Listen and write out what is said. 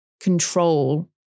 control